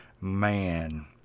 man